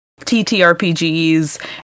TTRPGs